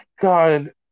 god